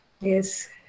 Yes